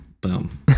Boom